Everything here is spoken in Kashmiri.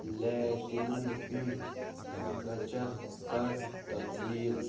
لیٹِنَن ہُنٛد گچر کَر تبدیٖل